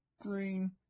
Green